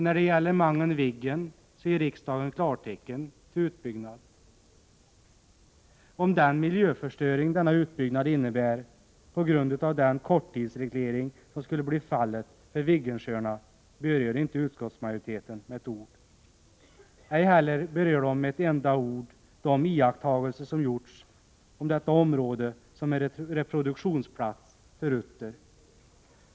När det gäller Mangen-Viggen ger riksdagen klartecken till utbyggnad. Utskottsmajoriteten berör inte med ett ord den miljöförstöring denna utbyggnad innebär på grund av den korttidsreglering som skulle bli fallet för Viggensjöarna. Ej heller berör man med ett enda ord de iakttagelser som gjorts om detta område som en reproduktionsplats för utter.